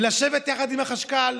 לשבת עם החשכ"ל,